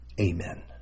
Amen